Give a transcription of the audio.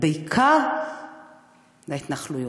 ובעיקר להתנחלויות.